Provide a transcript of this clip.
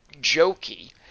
jokey